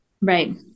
Right